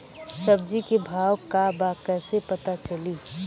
सब्जी के भाव का बा कैसे पता चली?